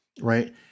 right